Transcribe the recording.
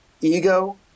Ego